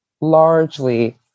largely